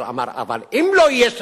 אבל אמר: אבל אם לא יהיה שקט,